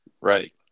Right